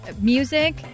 music